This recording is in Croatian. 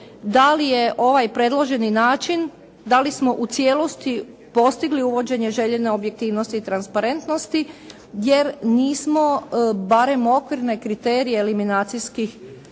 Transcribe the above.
da li je ovaj predloženi način, da li smo u cijelosti postigli uvođenje željene objektivnosti i transparentnosti jer nismo barem okvirne kriterije eliminacijskih